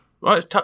right